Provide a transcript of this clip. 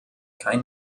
kein